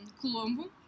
Colombo